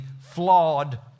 flawed